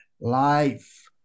Life